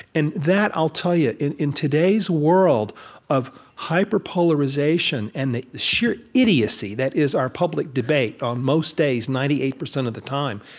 and that, i'll tell you, in in today's world of hyperpolarization and the sheer idiocy that is our public debate on most days, ninety eight percent of the time,